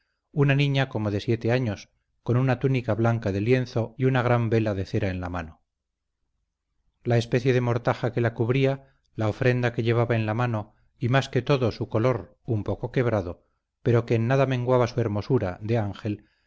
una niña como de siete años con una túnica blanca de lienzo y una gran vela de cera en la mano la especie de mortaja que la cubría la ofrenda que llevaba en la mano y más que todo su color un poco quebrado pero que en nada menguaba su hermosura de ángel